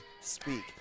speak